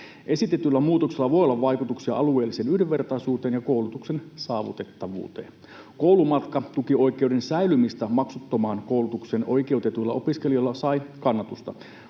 Esitetyllä muutoksella voi olla vaikutuksia alueelliseen yhdenvertaisuuteen ja koulutuksen saavutettavuuteen. Koulumatkatukioikeuden säilyminen maksuttomaan koulutukseen oikeutetuilla opiskelijoilla sai kannatusta.